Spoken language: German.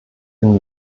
den